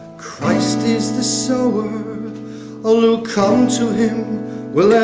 christ is the sower all who come to him will